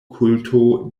kulto